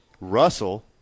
Russell